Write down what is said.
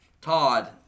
Todd